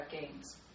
games